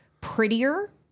prettier